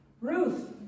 Ruth